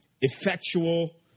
effectual